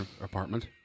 apartment